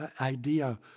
idea